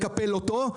לקפל אותו,